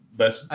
best